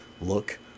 look